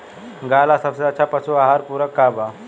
गाय ला सबसे अच्छा पशु आहार पूरक का बा?